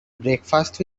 breakfast